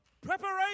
preparation